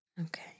Okay